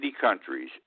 countries